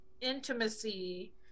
intimacy